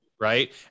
right